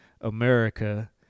America